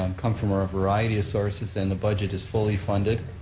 um come from a variety of sources and the budget is fully funded.